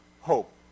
hope